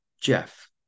Jeff